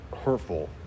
hurtful